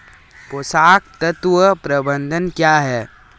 पोषक तत्व प्रबंधन क्या है?